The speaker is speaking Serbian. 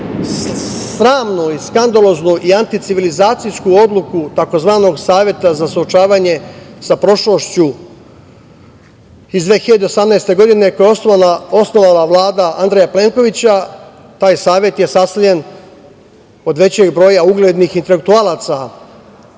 sramnu, skandaloznu i anti-civilizacijsku odluku tzv. "Saveta za suočavanje sa prošlošću" iz 2018. godine, koji je osnovala Vlada Andreja Plenkovića, taj "Savet" je sastavljen od većeg broja uglednih intelektualaca